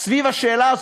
סביב השאלה,